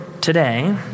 today